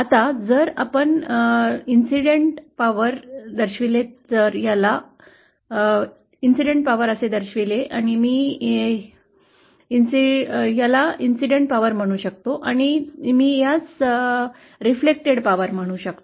आता जर आपण या घटनेचे सामर्थ्य दर्शविले तर हे मी इंसिडेंट पॉवर म्हणू शकतो आणि मी त्यास परावर्तीत शक्ती म्हणू शकतो